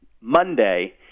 Monday